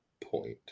point